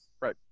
Right